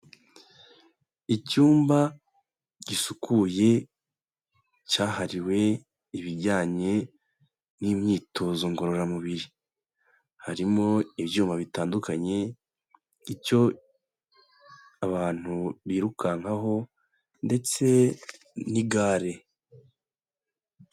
Icyumba gisukuye cyahariwe ibijyanye n'imyitozo ngororamubiri. Harimo ibyuma bitandukanye, icyo abantu birukankaho ndetse n'igare.